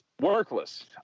workless